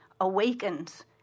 awakens